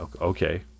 Okay